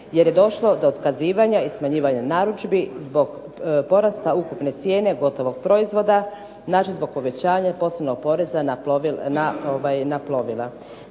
jer je došlo do otkazivanja i smanjivanja narudžbi zbog porasta ukupne cijene gotovog proizvoda, znači zbog povećanja posebnog poreza na plovila.